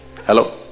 Hello